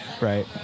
Right